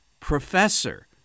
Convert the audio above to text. professor